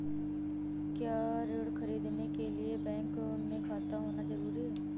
क्या ऋण ख़रीदने के लिए बैंक में खाता होना जरूरी है?